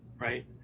Right